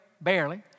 barely